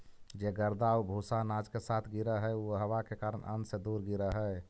जे गर्दा आउ भूसा अनाज के साथ गिरऽ हइ उ हवा के कारण अन्न से दूर गिरऽ हइ